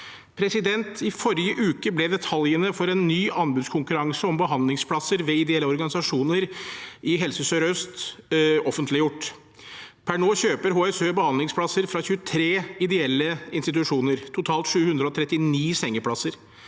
trenger. I forrige uke ble detaljene for en ny anbudskonkurranse om behandlingsplasser ved ideelle organisasjoner i Helse sør-øst offentliggjort. Per nå kjøper Helse sør-sst behandlingsplasser fra 23 ideelle institusjoner, totalt 739 sengeplasser.